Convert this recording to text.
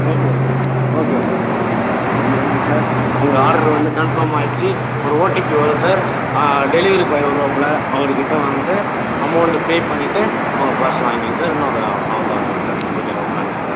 okay okay okay okay okay sir ரொம்ப நன்றி sir உங்கள் ஆர்டர் வந்து கன்ஃபார்ம் ஆயிடுச்சி ஒரு ஓடிபி வரும் சார் டெலிவரி பாய் வருவாப்பில அவர் கிட்ட வந்து அமௌன்ட் பே பண்ணிவிட்டு உங்கள் பார்சல் வாங்கிக்கோங்க சார் இன்னும் ஹாஃப் ஹவரில் வந்துரும் சார் ஓகே ரொம்ப நன்றி சார்